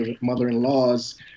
mother-in-laws